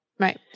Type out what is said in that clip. Right